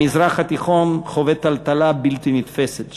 המזרח התיכון חווה טלטלה בלתי נתפסת,